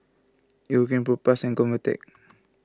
Eucerin Propass and Convatec